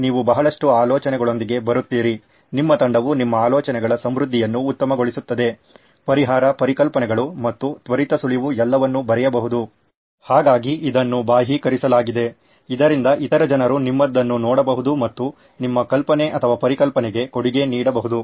ನೀವು ಬಹಳಷ್ಟು ಆಲೋಚನೆಗಳೊಂದಿಗೆ ಬರುತ್ತೀರಿ ನಿಮ್ಮ ತಂಡವು ನಿಮ್ಮ ಆಲೋಚನೆಗಳ ಸಮೃದ್ಧಿಯನ್ನು ಉತ್ತಮಗೊಳಿಸುತ್ತದೆ ಪರಿಹಾರ ಪರಿಕಲ್ಪನೆಗಳು ಮತ್ತು ತ್ವರಿತ ಸುಳಿವು ಎಲ್ಲವನ್ನೂ ಬರೆಯುವುದು ಹಾಗಾಗಿ ಇದನ್ನು ಬಾಹ್ಯೀಕರಿಸಲಾಗಿದೆ ಇದರಿಂದ ಇತರ ಜನರು ನಿಮ್ಮದನ್ನು ನೋಡಬಹುದು ಮತ್ತು ನಿಮ್ಮ ಕಲ್ಪನೆ ಅಥವಾ ಪರಿಕಲ್ಪನೆಗೆ ಕೊಡುಗೆ ನೀಡಬಹುದು